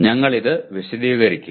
ഞങ്ങൾ അത് വിശദീകരിക്കും